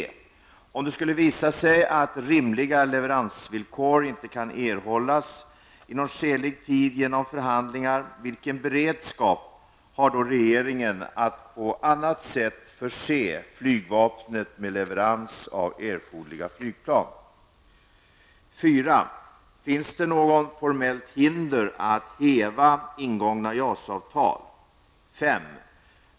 Om det skulle visa sig att rimliga leveransvillkor inte kan erhållas inom skälig tid genom förhandlingar, vilken beredskap har då regeringen att på annat sätt förse flygvapnet med leverans av erforderliga flygplan? 4. Finns något formellt hinder att häva ingångna 5.